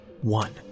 one